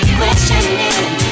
questioning